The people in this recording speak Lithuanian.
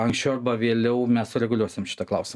anksčiau arba vėliau mes sureguliuosim šitą klausimą